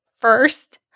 first